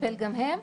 לטפל גם הם.